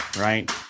Right